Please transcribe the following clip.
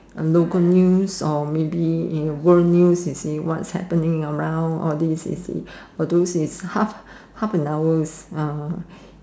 local news or maybe world news you see what's happening around all this you see all those half and hour